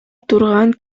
турган